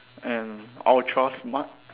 and ultra smart